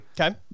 Okay